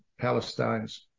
Palestinians